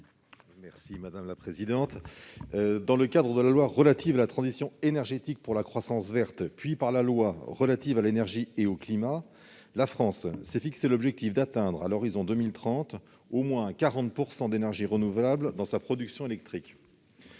M. Martin Lévrier. Dans le cadre de la loi relative à la transition énergétique pour la croissance verte, puis de la loi relative à l'énergie et au climat, la France s'est fixé un objectif d'au moins 40 % d'énergies renouvelables dans sa production électrique